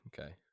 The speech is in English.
Okay